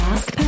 Ask